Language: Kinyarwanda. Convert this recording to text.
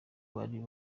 bari